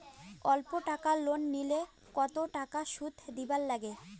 অল্প টাকা লোন নিলে কতো টাকা শুধ দিবার লাগে?